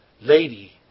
lady